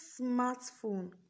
smartphone